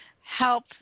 help